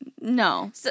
No